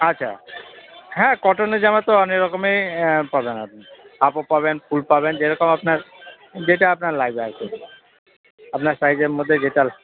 আচ্ছা হ্যাঁ কটনের জামা তো অনেক রকমেরই পাবেন আপনি হাফও পাবেন ফুল পাবেন যেরকম যেটা আপনার লাগবে আর কি আপনার সাইজের মধ্যে যেটা